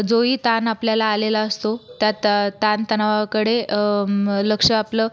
जोही ताण आपल्याला आलेला असतो त्या ता ताणतणावाकडे लक्ष आपलं